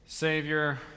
Savior